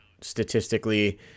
statistically